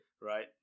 Right